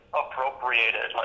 appropriated